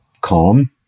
calm